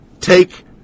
take